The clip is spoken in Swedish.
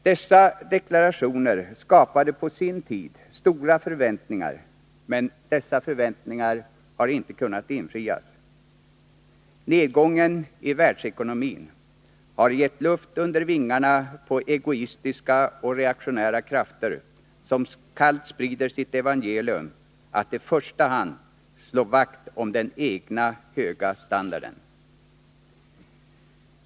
Dessa deklarationer skapade på sin tid stora förväntningar, men de har inte kunnat infrias. Nedgången i världsekonomin har gett luft under vingarna på egoistiska och reaktionära krafter, som kallt sprider sitt evangelium att i första hand slå vakt om den egna, höga standarden.